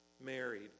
married